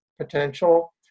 potential